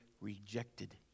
rejected